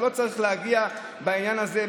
אבל לא צריך להגיע בעניין הזה,